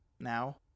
now